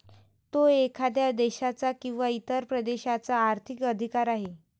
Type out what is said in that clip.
तो एखाद्या देशाचा किंवा इतर प्रदेशाचा आर्थिक अधिकार आहे